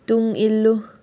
ꯇꯨꯡ ꯏꯜꯂꯨ